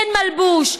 אין מלבוש,